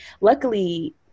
luckily